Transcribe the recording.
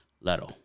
Leto